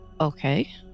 Okay